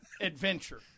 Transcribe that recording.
adventure